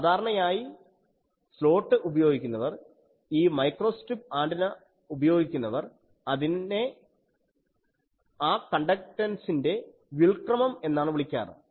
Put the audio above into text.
സാധാരണയായി സ്ലോട്ട് ഉപയോഗിക്കുന്നവർ ഈ മൈക്രോസ്ട്രിപ്പ് ആൻറിന ഉപയോഗിക്കുന്നവർ അതിനെ ആ കണ്ടക്ടൻസിൻ്റെ വ്യുൽക്രമം എന്നാണ് വിളിക്കാറ്